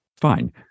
fine